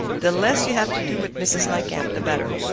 the less you have to do with mrs. highcamp, the better.